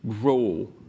grow